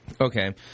Okay